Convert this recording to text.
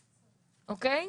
אוקיי?